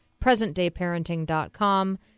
presentdayparenting.com